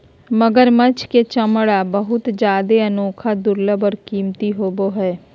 मगरमच्छ के चमरा बहुत जादे अनोखा, दुर्लभ और कीमती होबो हइ